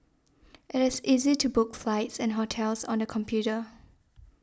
it is easy to book flights and hotels on the computer